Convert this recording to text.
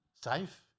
safe